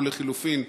או לחלופין,